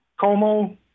Como